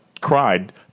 cried